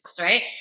right